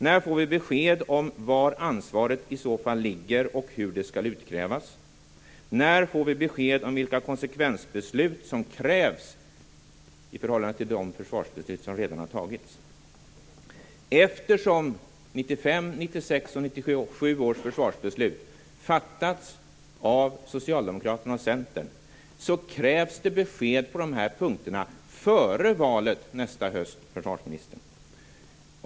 När får vi besked om var ansvaret i så fall ligger och hur det skall utkrävas? När får vi besked om vilka konsekvensbeslut som krävs i förhållande till de försvarsbeslut som redan har fattats? Eftersom 1995, 1996 och 1997 års försvarsbeslut fattats av Socialdemokraterna och Centern krävs det besked på dessa punkter före valet nästa höst, försvarsministern.